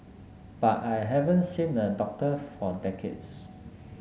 but I haven't seen a doctor for decades